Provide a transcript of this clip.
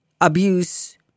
abuse